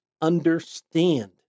understand